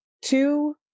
Two